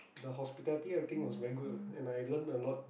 the hospitality everything was very good ah and I learn a lot